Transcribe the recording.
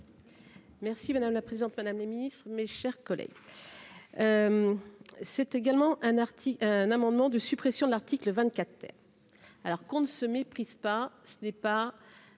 Merci madame la présidente, mesdames les ministres, mes chers collègues. C'est également un article, un amendement de suppression de l'article vingt-quatre 24 alors qu'on ne se méprise pas, ce n'est pas